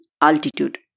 altitude